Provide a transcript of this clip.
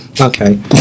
Okay